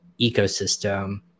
ecosystem